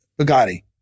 Bugatti